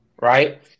Right